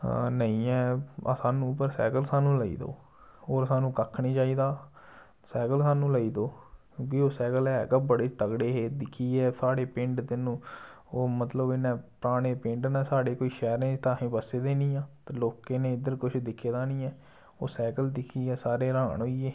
नेईं ऐ सानूं पर सैकल सानूं लेई देओ होर सानू घक्ख निं चाहिदा सैकल सानूं लेई देओ क्योंकि ओह् सैकल है गै बड़े तगड़े हे दिक्खियै साढ़े पिंड दे न ओह् मतलब इन्ने पराने पिंड न साढ़े कोई शैह्रें च ते अस बस्से दे निं आं ते लोकें नेईं इद्धर किश दिक्खे दा निं ऐ ओह् सैकल दिक्खियै सारे र्हान होई गे